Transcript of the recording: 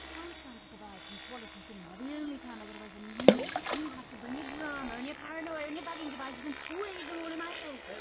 i'm trying to survive some quality cinema the only time i get away from you and you have to bring your drama and your paranoia and your bugging devices and wave them all in my face! so